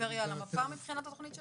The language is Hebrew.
הפריפריה על המפה מבחינת התוכנית שלכם?